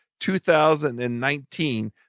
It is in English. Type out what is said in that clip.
2019